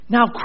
Now